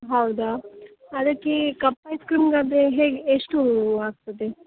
ಹೌದಾ ಅದಕ್ಕೆ cup ice ಕ್ರೀಮಿಗಾದ್ರೆ ಹೇಗೆ ಎಷ್ಟು ಆಗ್ತದೆ